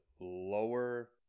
lower